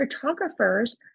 photographers